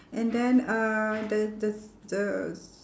and then uh the the the